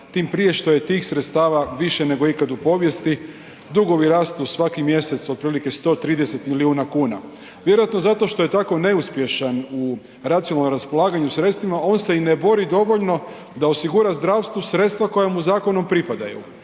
tim prije što je tih sredstava više nego ikad u povijesti. Dugovi rastu svaki mjesec otprilike 130 miliona kuna. Vjerojatno zato što je tako neuspješan u racionalnom raspolaganju sredstvima on se i ne bori dovoljno da osigura zdravstvu sredstva koja mu zakonom pripadaju.